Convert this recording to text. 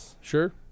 sure